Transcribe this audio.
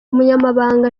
umunyamabanga